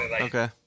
Okay